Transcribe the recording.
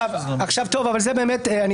אני